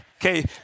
okay